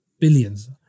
Billions